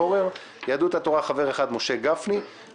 מיכל שיר ודוד ביטן; מהרשימה המשותפת שלושה חברים אחמד טיבי,